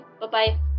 bye-bye